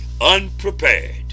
unprepared